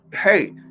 hey